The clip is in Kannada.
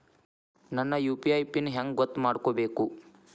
ನನ್ನ ಯು.ಪಿ.ಐ ಪಿನ್ ಹೆಂಗ್ ಗೊತ್ತ ಮಾಡ್ಕೋಬೇಕು?